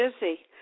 busy